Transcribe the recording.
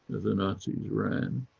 the nazis ran,